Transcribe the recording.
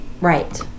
Right